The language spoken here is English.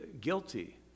Guilty